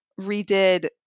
redid